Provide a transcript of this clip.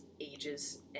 ages